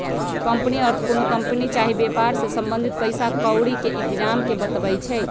company अर्थ कोनो company चाही वेपार से संबंधित पइसा क्औरी के इतजाम के बतबै छइ